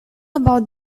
about